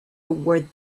worth